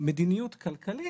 מדיניות כלכלית,